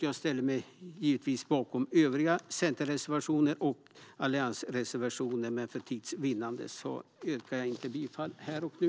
Jag ställer mig givetvis bakom övriga reservationer från Centerpartiet och Alliansen, men för tids vinnande yrkar jag inte bifall här och nu.